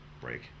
break